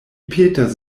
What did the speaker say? petas